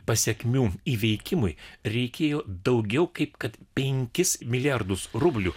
pasekmių įveikimui reikėjo daugiau kaip kad penkis milijardus rublių